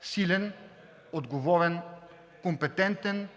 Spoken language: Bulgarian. силен, отговорен, компетентен